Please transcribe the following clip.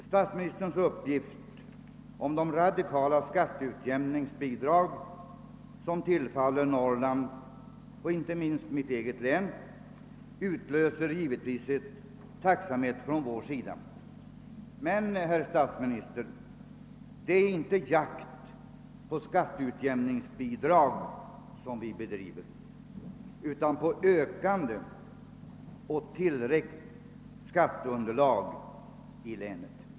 Statsministerns uppgift om de radikala skatteutjämningsbidrag som tillfaller Norrland och inte minst mitt eget län utlöser givetvis tacksamhet från vår sida. Men, herr statsminister, vi bedriver inte jakt på skatteutjämningsbidrag utan på ökande och tillräckligt skatteunderlag i länet.